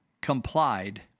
complied